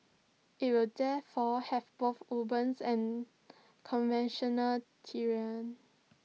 IT will therefore have both urban and conventional terrain